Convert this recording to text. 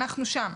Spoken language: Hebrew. אנחנו שם.